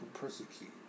persecute